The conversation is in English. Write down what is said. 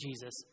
Jesus